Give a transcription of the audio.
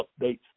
Updates